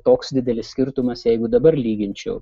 toks didelis skirtumas jeigu dabar lyginčiau